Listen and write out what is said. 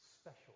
special